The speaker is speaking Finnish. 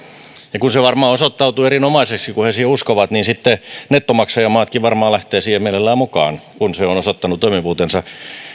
ja kun se varmaan osoittautuu erinomaiseksi kun he siihen uskovat niin sitten nettomaksajamaatkin varmaan lähtevät siihen mielellään mukaan kun se on osoittanut toimivuutensa